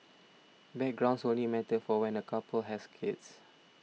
backgrounds only matter for when a couple has kids